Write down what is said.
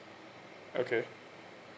okay